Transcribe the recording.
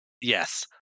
Yes